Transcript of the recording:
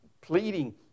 pleading